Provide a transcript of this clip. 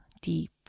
deep